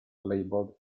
labeled